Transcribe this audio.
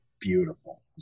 beautiful